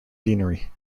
deanery